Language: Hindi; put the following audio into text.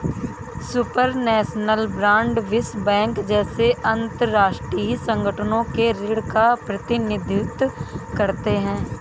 सुपरनैशनल बांड विश्व बैंक जैसे अंतरराष्ट्रीय संगठनों के ऋण का प्रतिनिधित्व करते हैं